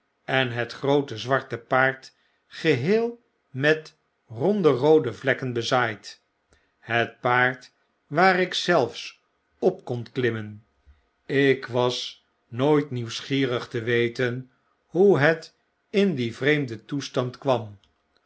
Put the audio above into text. en het groote zwarte paard geheel met ronde roode vlekken bezaaid het paard waar ik zelfs op kon klimmen ik was nooit nieuwsgierig te weten hoe het in dien vreemden toestand kwam